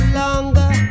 longer